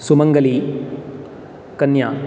सुमङ्गली कन्या